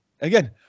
Again